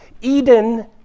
Eden